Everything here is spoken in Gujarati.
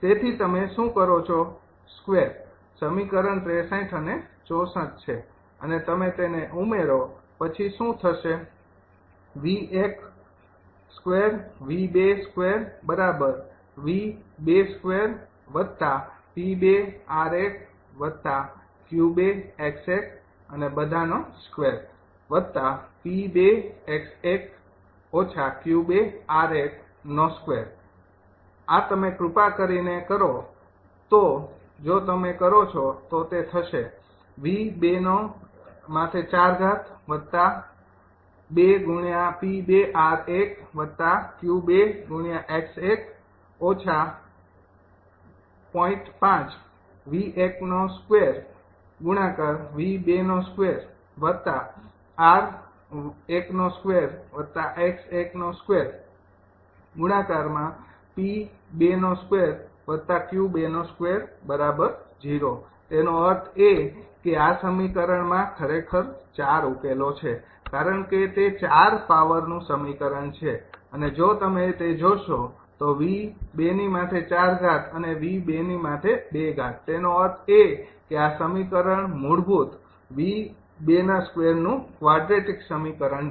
તેથી તમે શું કરો છો સ્કેવર સમીકરણ ૬૩ અને ૬૪ છે અને તમે તેને ઉમેરો પછી શું થશે આ તમે કૃપા કરીને કરો તે જો તમે કરો છો તો તે થશે તેનો અર્થ એ કે આ સમીકરણમાં ખરેખર ૪ ઉકેલો છે કારણ કે તે ચાર પાવરનું સમીકરણ છે અને જો તમે તે જોશો તો અને એનો અર્થ એ કે આ સમીકરણ મૂળભૂત નું કવાડ્રેટીક સમીકરણ છે